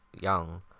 young